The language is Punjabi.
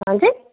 ਹਾਂਜੀ